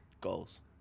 Goals